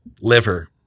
liver